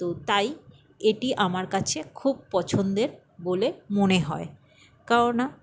তো তাই এটি আমার কাছে খুব পছন্দের বলে মনে হয় কারন না